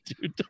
dude